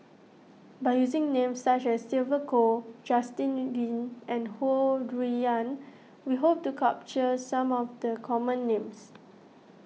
by using names such as Sylvia Kho Justin Lean and Ho Rui An we hope to capture some of the common names